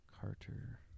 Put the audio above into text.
Carter